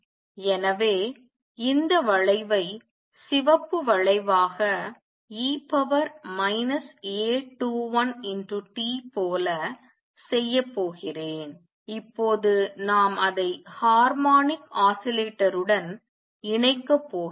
எனவே இந்த வளைவை சிவப்பு வளைவாக e A21t போல செய்யப்போகிறேன் இப்போது நாம் அதை ஹார்மோனிக் ஆஸிலேட்டருடன் இணைக்கப் போகிறோம்